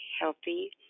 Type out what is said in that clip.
Healthy